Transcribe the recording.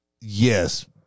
yes